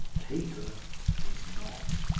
paper is not.